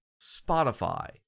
Spotify